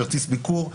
כרטיס ביקור,